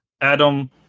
Adam